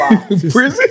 Prison